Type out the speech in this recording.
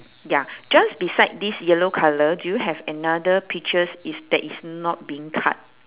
ya just beside this yellow colour do you have another peaches is that is not being cut